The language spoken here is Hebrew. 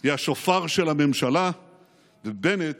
היא השופר של הממשלה ובנט